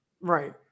Right